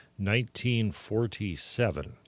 1947